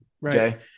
right